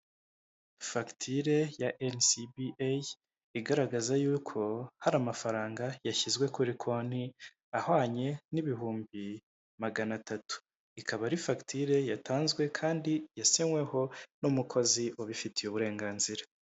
Fagitire ya NCBA igaragaza yuko hari amafaranga yashyizwe kuri konti ahwanye n'ibihumbi magana atatu. Ikaba ari fagitire yatanzwe kandi yasinyweho n'umukozi ubifitiye uburenganzira.